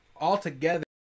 altogether